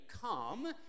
come